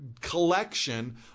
collection